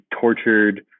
tortured